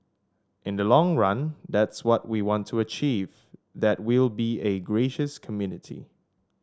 in the long run that's what we want to achieve that we'll be a gracious community